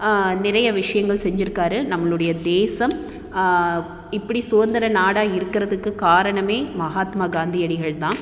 நிறைய விஷயங்கள் செஞ்சுருக்காரு நம்மளுடைய தேசம் இப்படி சுதந்திர நாடாக இருக்கிறதுக்கு காரணமே மகாத்மா காந்தியடிகள் தான்